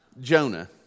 Jonah